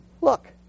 look